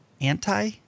anti